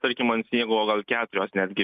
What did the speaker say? tarkim ant sniego o gal keturios netgi